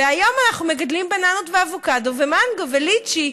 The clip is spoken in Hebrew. וכיום אנחנו מגדלים בננות ואבוקדו ומנגו וליצ'י,